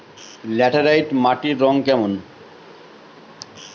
Laterite মাটির রং কেমন?